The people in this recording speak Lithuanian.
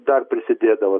dar prisidėdavo